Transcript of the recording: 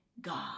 God